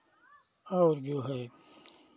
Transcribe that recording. और जो है